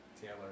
Taylor